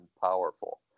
powerful